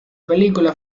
película